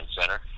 center